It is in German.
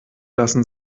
lassen